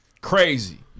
crazy